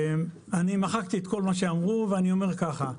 אני מחקתי את כל מה שאמרו ואני אומר ככה,